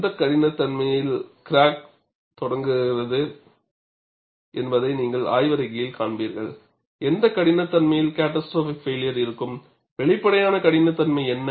எந்த கடினத்தன்மையில் கிராக் தொடங்குகிறது என்பதை நீங்கள் ஆய்வறிக்கையில் காண்பீர்கள் எந்த கடினத்தன்மையில் கேட்டாஸ்ட்ரோபிக் பைளியர் இருக்கும் வெளிப்படையான கடினத்தன்மை என்ன